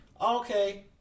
okay